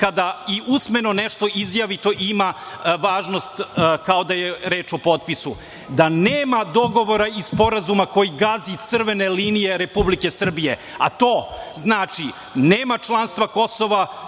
kada i usmeno nešto izjavi, to ima važnost kao da je reč o potpisu, da nema dogovora i sporazuma koji gazi crvene linije Republike Srbije, a to znači - nema članstva tzv.